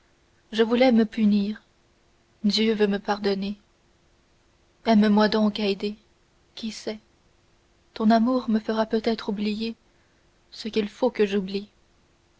je voulais me punir dieu veut me pardonner aime-moi donc haydée qui sait ton amour me fera peut-être oublier ce qu'il faut que j'oublie